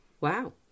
Wow